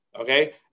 okay